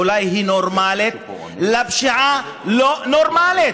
אולי היא נורמלית, לפשיעה לא נורמלית.